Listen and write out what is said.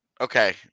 Okay